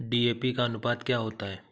DAP का अनुपात क्या होता है?